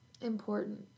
important